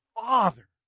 Father